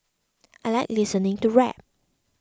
I like listening to rap